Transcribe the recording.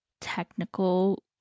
technical